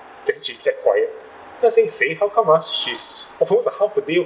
then she kept quiet then I say sei how come ah she's almost a half a day